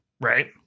right